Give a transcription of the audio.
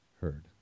heard